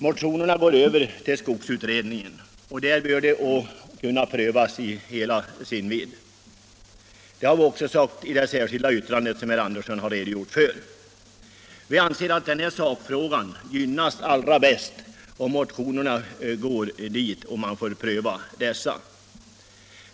Motionerna sänds nu över till 1973 års skogsutredning, där de bör kunna prövas i hela sin vidd. Detta har vi också anfört i det särskilda yttrandet, som herr Andersson har redogjort för. Vi anser att sakfrågan bäst gynnas om motionerna skickas över till utredningen, så att den får pröva dem.